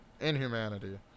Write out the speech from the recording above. inhumanity